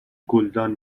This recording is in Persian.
گلدان